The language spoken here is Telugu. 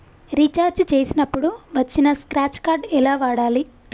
రీఛార్జ్ చేసినప్పుడు వచ్చిన స్క్రాచ్ కార్డ్ ఎలా వాడాలి?